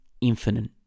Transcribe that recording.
infinite